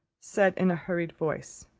said, in a hurried voice,